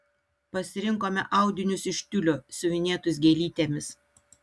pasirinkome audinius iš tiulio siuvinėtus gėlytėmis